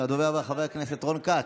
הדובר הבא, חבר הכנסת רון כץ.